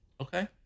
Okay